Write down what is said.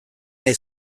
nahi